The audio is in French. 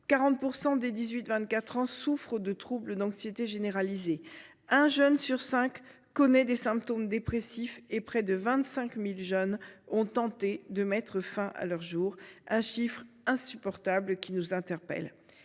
40 % des 18 24 ans souffrent de troubles d’anxiété généralisée, un jeune sur cinq connaît des symptômes dépressifs et près de 25 000 jeunes ont tenté de mettre fin à leurs jours. Ce chiffre insupportable nous interpelle.